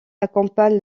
accompagne